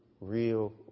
real